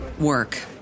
work